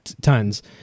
tons